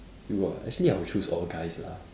you ah actually I would choose all guys lah